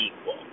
equal